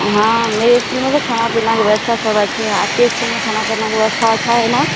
हाँ मेरे स्कूल में भी खाने पीने की व्यवस्था सब अच्छी है आपके स्कूल में खाने पीने की व्यवस्था अच्छी है ना